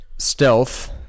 Stealth